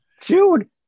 dude